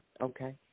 Okay